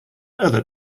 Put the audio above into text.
other